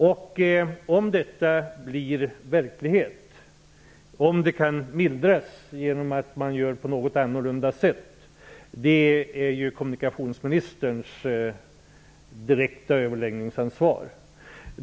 Om nedläggningen blir verklighet och om effekterna av den kan mildras genom ett annorlunda förfaringssätt, är det kommunikationsministern som har det direkta ansvaret för detta.